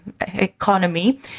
economy